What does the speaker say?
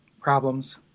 problems